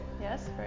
Yes